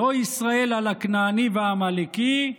לא ישראל על הכנעני והעמלקי,